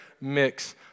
mix